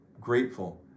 grateful